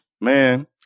Man